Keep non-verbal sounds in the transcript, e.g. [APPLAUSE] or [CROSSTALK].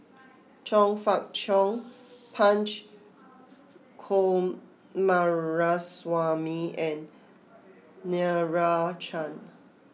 [NOISE] Chong Fah Cheong Punch Coomaraswamy and Meira Chand